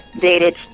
dated